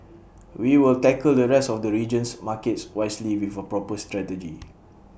we will tackle the rest of the region's markets wisely with A proper strategy